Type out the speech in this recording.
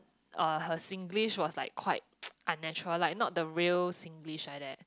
uh her Singlish was like quite unnatural like not the real Singlish like that